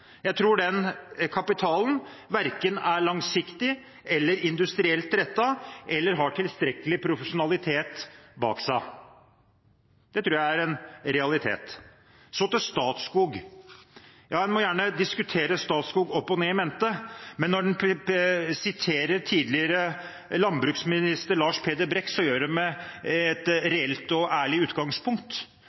Jeg tror den kapitalen verken er langsiktig eller industrielt rettet, eller har tilstrekkelig profesjonalitet bak seg. Det tror jeg er en realitet. Så til Statskog: Ja, en må gjerne diskutere Statskog opp og ned og in mente, men når en siterer tidligere landbruksminister Lars Peder Brekk, bør en gjøre det med et reelt og ærlig utgangspunkt.